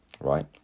right